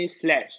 Flash